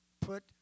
put